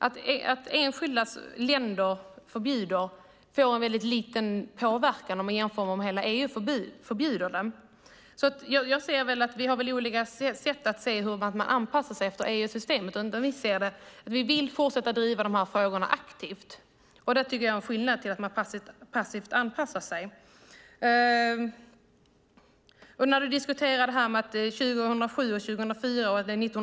Att enskilda länder förbjuder får en liten påverkan jämfört med om hela EU förbjuder. Vi har olika sätt att se på hur man anpassar sig till EU-systemet. Vi vill fortsätta driva frågorna aktivt, och det är en skillnad mot att passivt anpassa sig. Matilda Ernkrans räknar upp olika årtal.